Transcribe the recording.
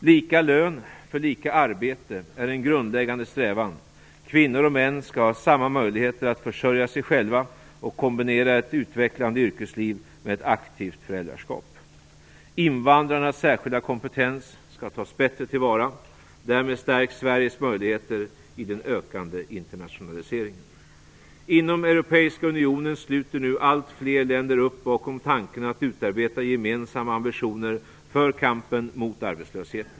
Lika lön för lika arbete är en grundläggande strävan. Kvinnor och män skall ha samma möjligheter att försörja sig själva och kombinera ett utvecklande yrkesliv med ett aktivt föräldraskap. Invandrarnas särskilda kompetens skall tas bättre till vara. Därmed stärks Sveriges möjligheter i den ökande internationaliseringen. Inom Europeiska unionen sluter nu allt fler länder upp bakom tanken att utarbeta gemensamma ambitioner för kampen mot arbetslöshet.